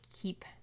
Keep